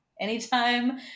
anytime